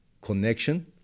connection